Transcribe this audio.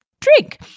drink